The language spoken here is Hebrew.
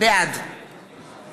בעד